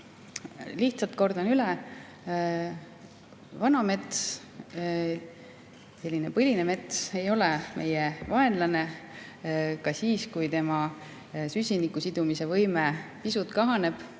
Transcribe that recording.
lihtsalt kordan üle: vana mets, põline mets ei ole meie vaenlane ka siis, kui tema süsiniku sidumise võime pisut kahaneb.